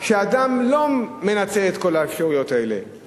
אדם לא מנצל את כל האפשרויות האלה,